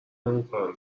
اونکارو